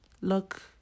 look